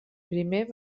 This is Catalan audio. primer